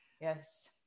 yes